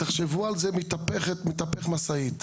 תחשבו על זה אם מתהפכת משאית,